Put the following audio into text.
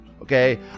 okay